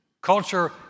Culture